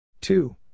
Two